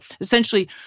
essentially